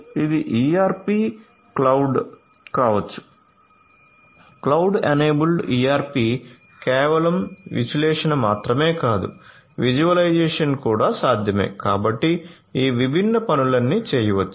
ఇది ERP cloud కావచ్చు cloud enabled ERP కేవలం విశ్లేషణ మాత్రమే కాదు విజువలైజేషన్ కూడా సాధ్యమే కాబట్టి ఈ విభిన్న పనులన్నీ చేయవచ్చు